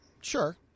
Sure